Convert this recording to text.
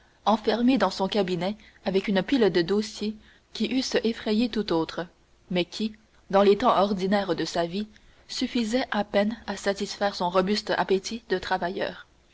enfermé dans son cabinet avec une pile de dossiers qui eussent effrayé tout autre mais qui dans les temps ordinaires de sa vie suffisaient à peine à satisfaire son robuste appétit de travailleur